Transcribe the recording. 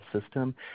system